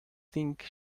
think